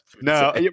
No